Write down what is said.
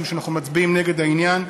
משום שאנחנו מצביעים נגד העניין.